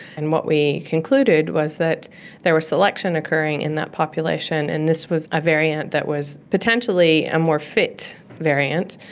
and what we concluded was that there was selection occurring in that population, and this was a variant that was potentially a more fit variant,